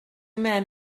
men